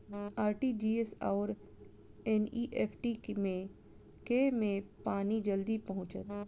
RTGS आओर NEFT मे केँ मे पानि जल्दी पहुँचत